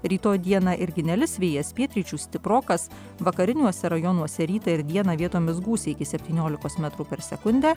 rytoj dieną irgi nelis vėjas pietryčių stiprokas vakariniuose rajonuose rytą ir dieną vietomis gūsiai iki septyniolikos metrų per sekundę